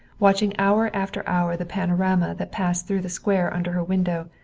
watching hour after hour the panorama that passed through the square under her window,